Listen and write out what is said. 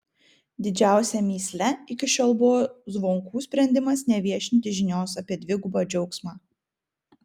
didžiausia mįsle iki šiol buvo zvonkų sprendimas neviešinti žinios apie dvigubą džiaugsmą